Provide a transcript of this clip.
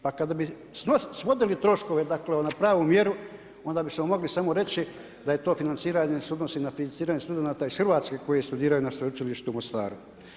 Pa kada bi snosili troškove dakle na pravu mjeru, onda bismo mogli samo reći da to financiranje se odnosi na financiranje studenata iz Hrvatske koji studiraju na Sveučilištu u Mostaru.